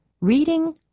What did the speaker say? reading